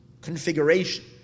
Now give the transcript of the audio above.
configuration